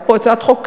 היתה פה הצעת חוק